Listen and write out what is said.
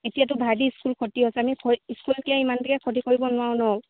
এতিয়াতো ভাইটিৰ স্কুল খতি হৈছে ইমানকে খতি কৰিব নোৱাৰো ন